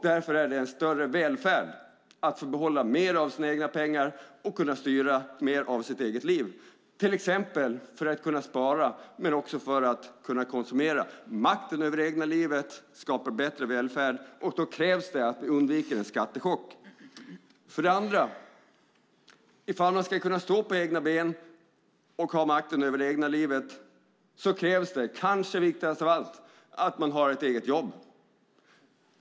Därför är det en större välfärd att få behålla mer av sina egna pengar och kunna styra mer av sitt eget liv, till exempel för att kunna spara eller konsumera. Makten över det egna livet skapar bättre välfärd, och då krävs det att vi undviker en skattechock. För det andra: För att man ska kunna stå på egna ben och ha makten över det egna livet krävs - kanske det viktigaste av allt - att man har ett eget jobb.